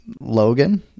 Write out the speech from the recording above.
Logan